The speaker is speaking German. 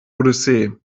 odyssee